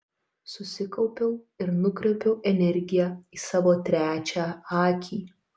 susikaupiau ir nukreipiau energiją į savo trečią akį